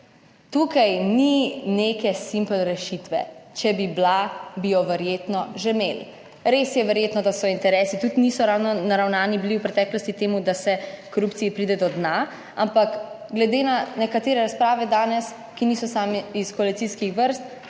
tukaj ni neke simpl rešitve. Če bi bila bi jo verjetno že imeli. Res je verjetno, da interesi tudi niso ravno naravnani bili v preteklosti temu, da se korupciji pride do dna, ampak glede na nekatere razprave danes ki niso sami iz koalicijskih vrst